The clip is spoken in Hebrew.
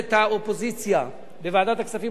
רכזת האופוזיציה בוועדת הכספים,